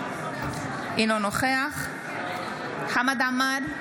אינו נוכח חמד עמאר,